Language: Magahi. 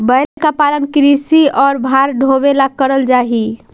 बैल का पालन कृषि और भार ढोवे ला करल जा ही